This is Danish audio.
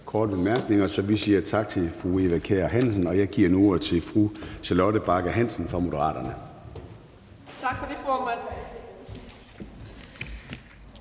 korte bemærkninger, så vi siger tak til fru Eva Kjer Hansen. Og jeg giver nu ordet til at få Charlotte Bagge Hansen fra Moderaterne. Kl. 16:51 (Ordfører)